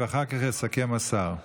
ואחר כך יסכם השר.